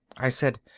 i said,